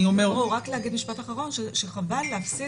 אני אומר --- רק להגיד משפט אחרון שחבל להפסיד